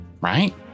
Right